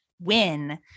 win